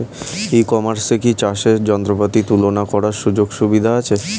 ই কমার্সে কি চাষের যন্ত্রপাতি তুলনা করার সুযোগ সুবিধা আছে?